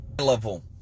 level